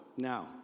now